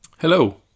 Hello